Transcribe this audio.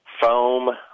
foam